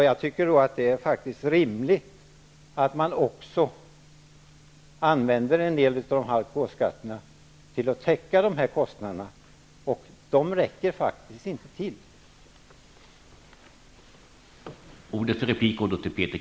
Jag tycker då att det är rimligt att man också använder en del av alkoholskatterna till att täcka dessa kostnader -- och det räcker de faktiskt ändå inte till för.